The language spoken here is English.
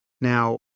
Now